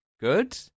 good